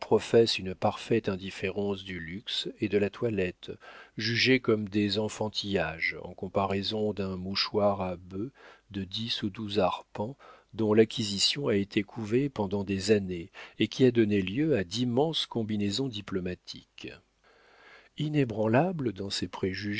une parfaite indifférence du luxe et de la toilette jugés comme des enfantillages en comparaison d'un mouchoir à bœufs de dix ou douze arpents dont l'acquisition a été couvée pendant des années et qui a donné lieu à d'immenses combinaisons diplomatiques inébranlable dans ses préjugés